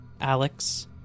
Alex